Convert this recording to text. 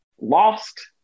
lost